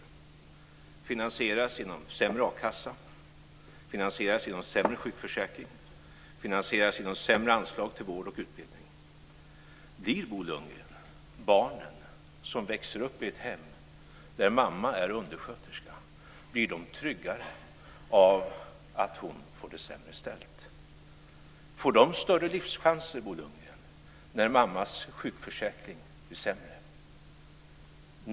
Det finansieras genom sämre akassa, sämre sjukförsäkring, sämre anslag till vård och utbildning. Blir barnen som växer upp i ett hem där mamma är undersköterska tryggare av att hon får det sämre ställt, Bo Lundgren? Får de större livschanser när mammas sjukförsäkring blir sämre?